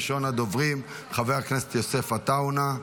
ראשון הדוברים, חבר הכנסת יוסף עטאונה,